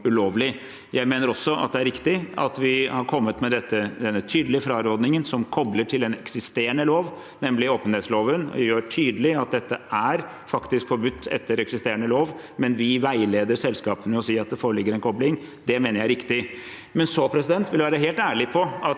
Jeg mener også at det er riktig at vi har kommet med denne tydelige frarådingen som kobles til en eksisterende lov, nemlig åpenhetsloven, og gjør det tydelig at dette faktisk er forbudt etter eksisterende lov, men vi veileder selskapene ved å si at det foreligger en kobling. Det mener jeg er riktig. Jeg vil være helt ærlig på at